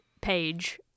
page